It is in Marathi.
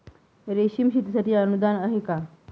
रेशीम शेतीसाठी अनुदान आहे का?